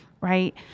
right